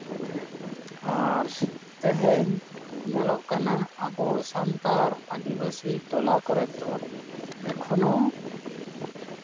ᱟᱨ ᱛᱮᱦᱮᱧ ᱧᱮᱞᱚᱜ ᱠᱟᱱᱟ ᱟᱵᱚ ᱥᱟᱱᱛᱟᱲ ᱟᱹᱫᱤᱵᱟᱹᱥᱤ ᱴᱚᱞᱟ ᱠᱚᱨᱮ ᱫᱚ ᱮᱠᱷᱚᱱᱳ